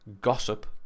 gossip